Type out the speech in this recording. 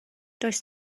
does